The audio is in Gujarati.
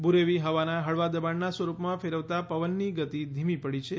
બુરેવી હવાના દળવા દબાણના સ્વરૂપમાં ફેરવતા પવનની ગતિ ધીમી પડી છે